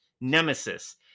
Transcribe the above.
nemesis